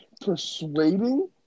persuading